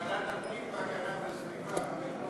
לוועדת הפנים והגנת הסביבה.